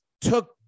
took